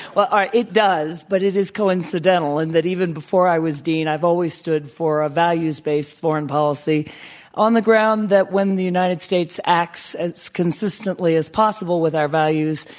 well, it does, but it is coincidental and that even before i was dean i've always stood for a values-based foreign policy on the grounds that when the united states acts as consistently as possible with our values,